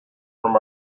from